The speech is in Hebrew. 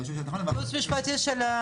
אגב,